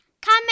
Come